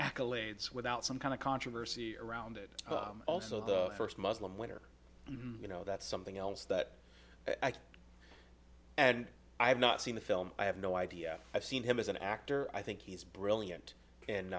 accolades without some kind of controversy around it also the first muslim winner you know that's something else that i get and i have not seen the film i have no idea i've seen him as an actor i think he's brilliant and